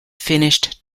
finished